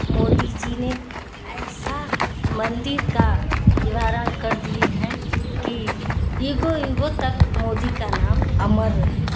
मोदी जी ने ऐसा मंदिर का निवारण कर दिए हैं की युगों युगों तक मोदी का नाम अमर रहेगा